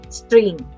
string